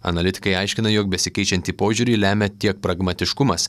analitikai aiškina jog besikeičiantį požiūrį lemia tiek pragmatiškumas